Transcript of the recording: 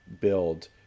build